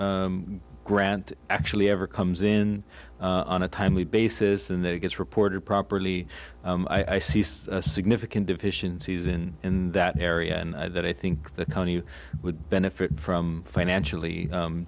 grant actually ever comes in on a timely basis and that it gets reported properly i see a significant deficiencies in in that area and that i think the county would benefit from financially